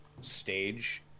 stage